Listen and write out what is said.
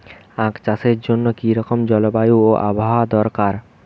আখ চাষের জন্য কি রকম জলবায়ু ও আবহাওয়া দরকার?